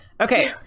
Okay